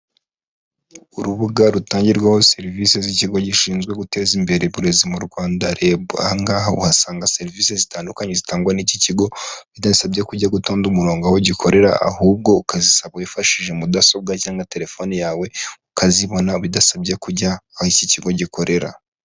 Urubuga rutangirwaho serivisi z'ikigo gishinzwe guteza imbere uburezi mu Rwanda REB, aha ngaha uhasanga serivisi zitandukanye zitangwa n'iki kigo, bidasabye kujya gutonda umurongo aho gikorera, ahubwo ukazisaba wifashishije mudasobwa cyangwa terefone yawe, ukazibona bidasabye kujya aho iki kigo gikorera.